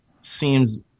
seems